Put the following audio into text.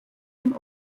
dem